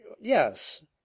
yes